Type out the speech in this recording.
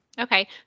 Okay